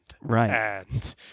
Right